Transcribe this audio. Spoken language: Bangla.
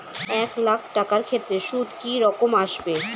এক লাখ টাকার ক্ষেত্রে সুদ কি রকম আসবে?